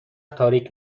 تاریک